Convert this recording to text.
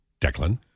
Declan